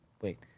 Wait